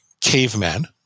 caveman